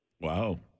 Wow